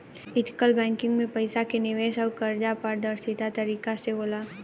ethical banking में पईसा के निवेश अउर कर्जा पारदर्शी तरीका से होला